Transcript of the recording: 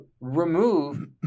remove